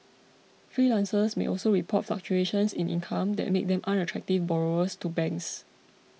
freelancers may also report fluctuations in income that make them unattractive borrowers to banks